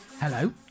Hello